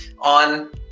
on